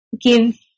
give